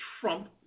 Trump